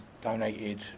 donated